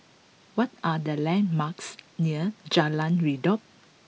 what are the landmarks near Jalan Redop